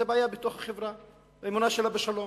זה בעיה בתוך החברה, האמונה שלה בשלום.